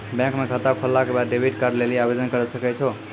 bank म खाता खोलला के बाद डेबिट कार्ड लेली आवेदन करै सकै छौ